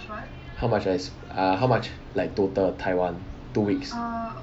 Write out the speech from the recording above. how much I err how much like total taiwan two weeks